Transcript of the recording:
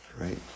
right